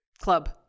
Club